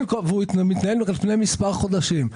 והוא מתנהל על פני מספר חודשים.